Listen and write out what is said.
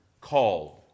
called